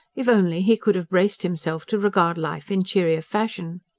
if only he could have braced himself to regard life in cheerier fashion.